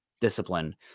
discipline